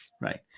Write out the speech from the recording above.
Right